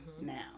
now